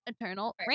eternal